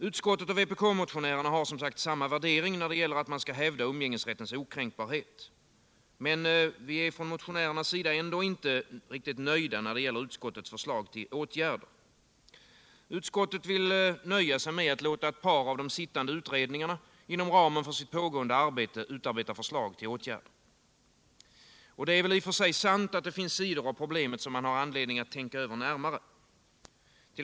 Utskottet och vpk-motionärerna har samma värdering när det gäller att man skall hävda umgängesrättens okränkbarhet. Men vi är från motionärernas sida ändå inte nöjda när det gäller utskottets förslag till åtgärder. Utskottet vill nöja sig med att låta ett par av de sittande utredningarna inom ramen för sitt pågående arbete utarbeta förslag till åtgärder. Det är i och för sig sant att det finns sidor av problemet som man har anledning att tänka över närmare.